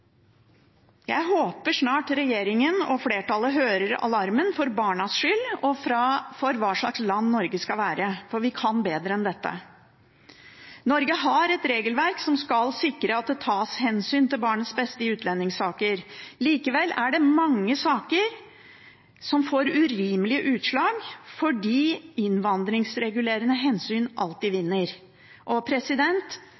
Jeg håper snart regjeringen og flertallet hører alarmen, for barnas skyld og av hensyn til hva slags land Norge skal være, for vi kan bedre enn dette. Norge har et regelverk som skal sikre at det tas hensyn til barnets beste i utlendingssaker. Likevel er det mange saker som får urimelige utslag, fordi innvandringsregulerende hensyn alltid